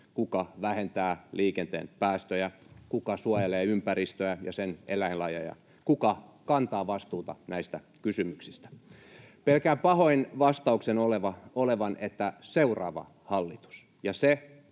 kuka vähentää liikenteen päästöjä, kuka suojelee ympäristöä ja sen eläinlajeja, kuka kantaa vastuuta näistä kysymyksistä. Pelkään pahoin vastauksen olevan, että seuraava hallitus, ja se